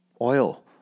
oil